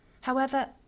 However